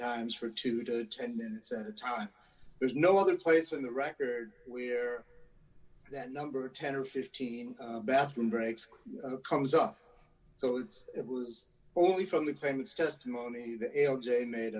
times for two to ten minutes at a time there's no other place in the record where that number ten or fifteen bathroom breaks comes up so it's it was only from the famous testimony the l j made